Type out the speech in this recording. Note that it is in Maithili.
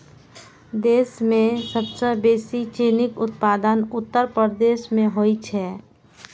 देश मे सबसं बेसी चीनीक उत्पादन उत्तर प्रदेश मे होइ छै